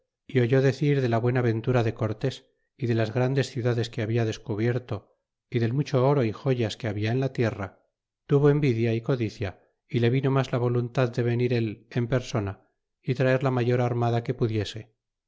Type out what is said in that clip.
é oyó decir de la buena ventura de cortes y de las grandes ciudades que habia descubierto y del mucho oro y joyas que habla en la tierra tuvo envidia y codicia y le vino mas la voluntad de ve ir él en persona y traer la mayor armada que pudiese